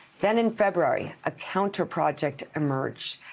then in february, a counterproject emerged.